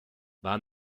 war